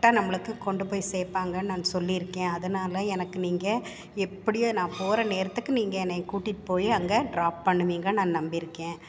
கரெக்டாக நம்மளுக்கு கொண்டு போய் சேர்ப்பாங்கனு நான் சொல்லியிருக்கேன் அதனால் எனக்கு நீங்கள் எப்படியும் நான் போகிற நேரத்துக்கு நீங்கள் என்னை கூட்டிகிட்டு போய் அங்கே ட்ராப் பண்ணுவீங்கன்னு நான் நம்பியிருக்கேன்